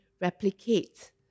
replicate